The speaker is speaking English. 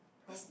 health